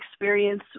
experience